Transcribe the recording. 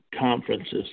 conferences